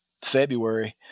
February